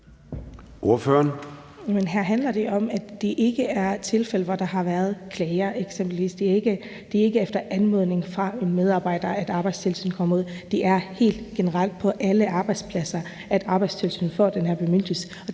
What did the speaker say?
Her handler det om, at det ikke er tilfælde, hvor der eksempelvis har været klager. Det er ikke efter anmodning fra en medarbejder, at Arbejdstilsynet kommer ud. Det er helt generelt på alle arbejdspladser, at Arbejdstilsynet får den her bemyndigelse,